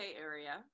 Area